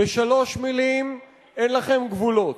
בשלוש מלים: אין לכם גבולות.